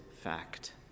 fact